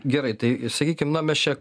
gerai tai sakykim na mes čia